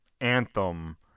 anthem